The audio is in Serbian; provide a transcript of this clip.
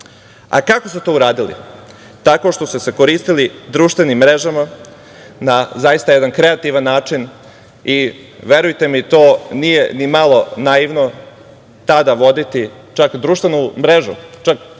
Kako su to uradili? Tako što su se koristili društvenim mrežama na zaista jedan kreativan način i, verujte mi, nije ni malo naivno voditi društvenu mrežu,